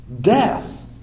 death